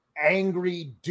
angry